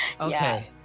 Okay